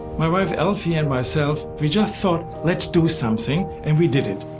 my wife elfie and myself, we just thought let's do something and we did it.